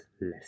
less